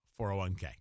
401k